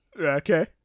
Okay